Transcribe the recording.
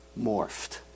morphed